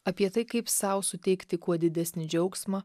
apie tai kaip sau suteikti kuo didesnį džiaugsmą